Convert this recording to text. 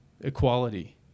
equality